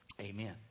Amen